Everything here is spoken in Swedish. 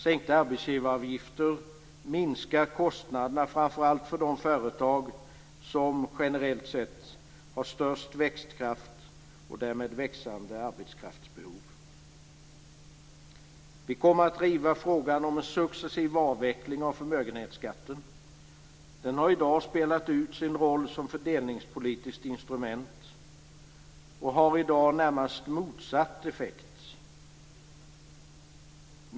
Sänkta arbetsgivaravgifter minskar kostnaderna framför allt för de företag som, generellt sett, har störst växtkraft och därmed växande arbetskraftsbehov. Vi kommer att driva frågan om en successiv avveckling av förmögenhetsskatten. Den har i dag spelat ut sin roll som fördelningspolitiskt instrument och har i dag närmast motsatt effekt.